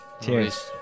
Cheers